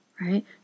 right